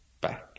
back